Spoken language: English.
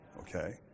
okay